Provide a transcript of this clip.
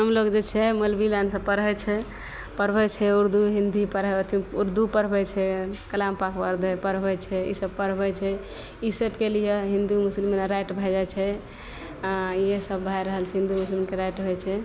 हमलोक जे छै मौलवी लाइनसे पढ़ै छै पढ़बै छै उर्दू हिन्दी पढ़ अथी उर्दू पढ़बै छै कलाम पाक परवर पढ़बै छै ईसब पढ़बै छै ई सबके लिए हिन्दू मुसलिममे राइट भै जाए छै आओर इएहसब भै रहल छै हिन्दू मुसलिमके राइट होइ छै